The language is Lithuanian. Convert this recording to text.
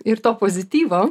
ir to pozityvo